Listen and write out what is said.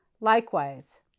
Likewise